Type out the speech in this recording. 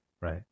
Right